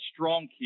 StrongKey